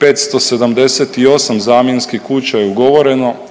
578 zamjenskih kuća je ugovoreno,